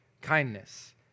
kindness